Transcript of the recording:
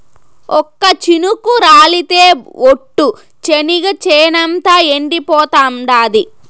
ఒక్క చినుకు రాలితె ఒట్టు, చెనిగ చేనంతా ఎండిపోతాండాది